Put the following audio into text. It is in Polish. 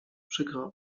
przykro